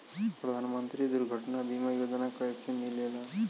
प्रधानमंत्री दुर्घटना बीमा योजना कैसे मिलेला?